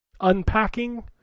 Unpacking